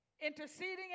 Interceding